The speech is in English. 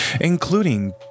including